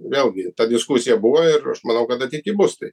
vėlgi ta diskusija buvo ir aš manau kad ateity bus tai